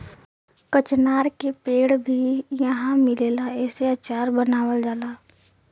कचनार के पेड़ भी इहाँ मिलेला एसे अचार बनावल जाला